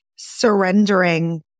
surrendering